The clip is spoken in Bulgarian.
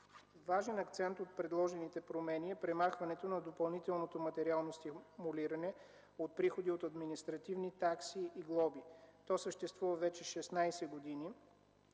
Важен акцент от предложените промени е премахването на допълнителното материално стимулиране от приходи от административни такси и глоби. То съществува вече шестнадесет